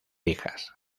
hijas